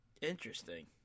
Interesting